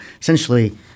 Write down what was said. essentially